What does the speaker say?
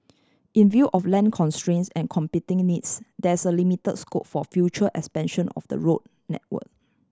in view of land constraints and competing needs there is a limit scope for future expansion of the road network